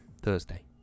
Thursday